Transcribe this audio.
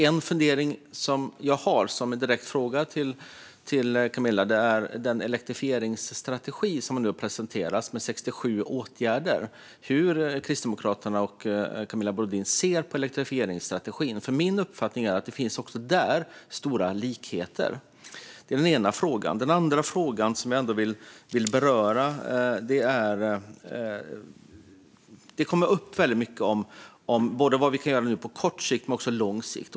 En fundering som jag har och som jag har en direkt fråga om till Camilla handlar om den elektrifieringsstrategi med 67 åtgärder som nu har presenterats. Hur ser Camilla Brodin och Kristdemokraterna på elektrifieringsstrategin? Min uppfattning är att det också där finns stora likheter. Det är den ena frågan. Den andra frågan som jag vill beröra är att det kommer upp mycket om vad vi kan göra på kort sikt och på lång sikt.